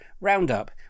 roundup